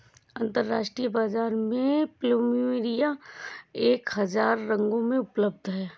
अंतरराष्ट्रीय बाजार में प्लुमेरिया एक हजार रंगों में उपलब्ध हैं